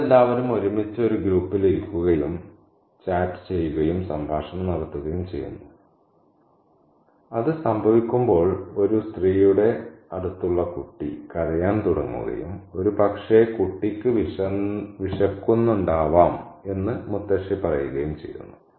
അവരെല്ലാവരും ഒരുമിച്ച് ഒരു ഗ്രൂപ്പിൽ ഇരിക്കുകയും ചാറ്റ് ചെയ്യുകയും സംഭാഷണം നടത്തുകയും ചെയ്യുന്നു അത് സംഭവിക്കുമ്പോൾ ഒരു സ്ത്രീയുടെ അടുത്തുള്ള കുട്ടി കരയാൻ തുടങ്ങുകയും ഒരുപക്ഷേ കുട്ടിക്ക് വിശക്കുന്നുണ്ടാവാം എന്ന് മുത്തശ്ശി പറയുകയും ചെയ്യുന്നു